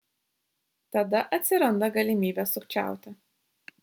tada atsiranda galimybė sukčiauti